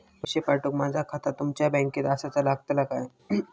पैसे पाठुक माझा खाता तुमच्या बँकेत आसाचा लागताला काय?